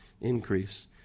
increase